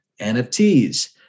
NFTs